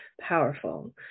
Powerful